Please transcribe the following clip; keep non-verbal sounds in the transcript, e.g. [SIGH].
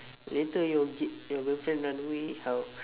later your [NOISE] your girlfriend run away how